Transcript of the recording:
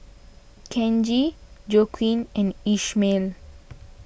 Kenji Joaquin and Ishmael